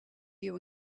you